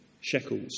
shekels